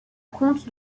compte